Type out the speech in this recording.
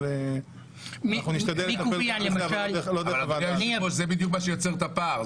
אבל זה מה שיוצר את הפער.